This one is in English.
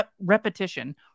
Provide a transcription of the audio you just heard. repetition